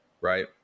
right